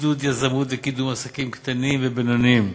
עידוד יזמות וקידום עסקים קטנים ובינוניים,